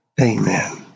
Amen